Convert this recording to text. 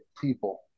people